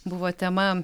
buvo tema